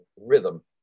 rhythm